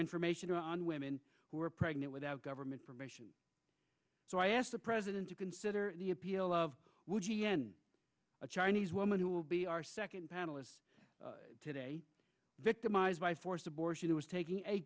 information on women who are pregnant without government permission so i asked the president to consider the appeal of wood g n a chinese woman who will be our second panelist today victimized by forced abortion who is taking a